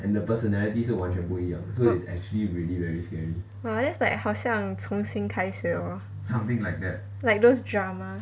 !wah! that's like 好像从新开始 or like those drama